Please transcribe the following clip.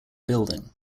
building